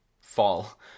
fall